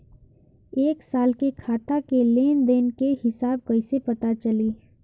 एक साल के खाता के लेन देन के हिसाब कइसे पता चली?